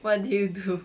what did you do